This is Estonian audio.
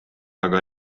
aga